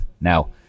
Now